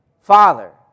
father